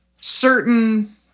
certain